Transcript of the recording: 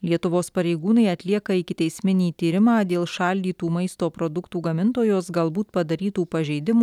lietuvos pareigūnai atlieka ikiteisminį tyrimą dėl šaldytų maisto produktų gamintojos galbūt padarytų pažeidimų